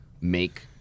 make